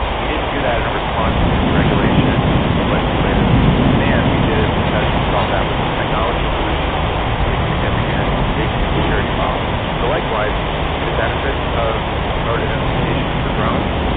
we didn't do that in response to any regulation or legislative demand, we did it because we felt that was a technology solution to a significant safety and security problem. so likewise, we we see the benefits of remote identification for drones.